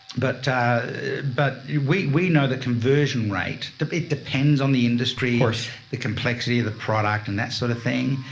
but but we, we know that conversion rate, it depends on the industry or so the complexity of the product and that sort of thing.